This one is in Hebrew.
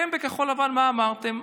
אתם בכחול לבן, מה אמרתם?